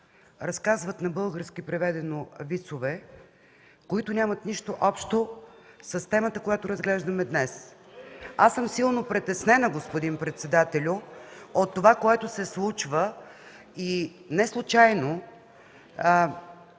разказват на български преведено вицове, които нямат нищо общо с темата, която разглеждаме днес. Аз съм силно притеснена, господин председателю, от това, което се случва, и неслучайно